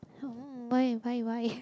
why why why